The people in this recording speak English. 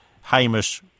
Hamish